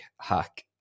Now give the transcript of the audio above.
hack